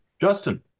Justin